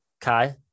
Kai